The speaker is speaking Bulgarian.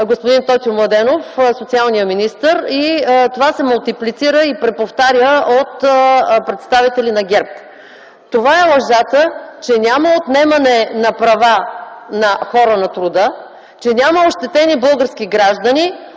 господин Тотю Младенов – социалният министър, и това се мултиплицира и преповтаря от представители на ГЕРБ. Това е лъжата, че няма отнемане на права на хора на труда, че няма ощетени български граждани